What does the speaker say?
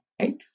right